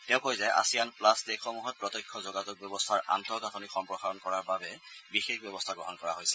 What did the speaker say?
তেওঁ কয় যে আছিয়ান প্লাছ দেশসমূহত প্ৰত্যক্ষ যোগাযোগ ব্যৱস্থাৰ আন্তঃগাঁথনি সম্প্ৰসাৰণ কৰাৰ বাবে বিশেষ ব্যৱস্থা গ্ৰহণ কৰা হৈছে